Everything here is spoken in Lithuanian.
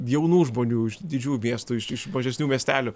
jaunų žmonių iš didžiųjų miestų iš iš mažesnių miestelių